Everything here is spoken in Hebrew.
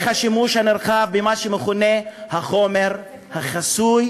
השימוש הנרחב במה שמכונה "החומר החסוי",